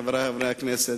חברי חברי הכנסת,